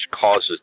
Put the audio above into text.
causes